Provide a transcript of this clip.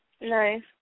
Nice